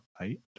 eight